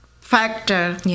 factor